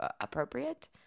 appropriate